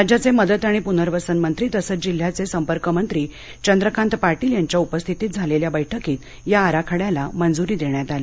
राज्याचे मदत आणि पुनर्वसनमंत्री तसंच जिल्ह्याचे संपर्कमंत्री चंद्रकांत पाटील यांच्या उपस्थितीत झालेल्या बैठकीत या आराखड्याला मंजूरी देण्यात आली